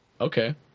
Okay